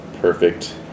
perfect